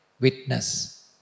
witness